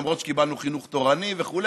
למרות שקיבלנו חינוך תורני וכו',